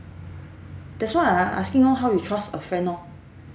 that's why I I asking orh how you trust a friend orh